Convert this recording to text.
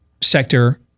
sector